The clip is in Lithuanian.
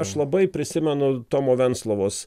aš labai prisimenu tomo venclovos